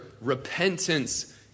repentance